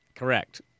Correct